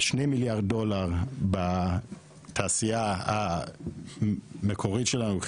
2 מיליארד דולר בתעשייה המקורית שלנו,